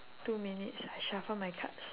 two minutes I shuffle my cards